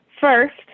First